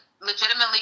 legitimately